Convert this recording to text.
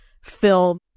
film